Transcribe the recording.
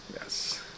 Yes